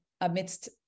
amidst